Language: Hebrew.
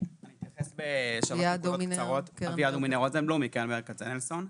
מקרן ברל כצנלסון.